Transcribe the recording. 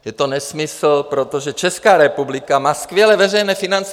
Je to nesmysl, protože Česká republika má skvělé veřejné finance.